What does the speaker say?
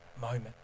moment